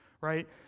right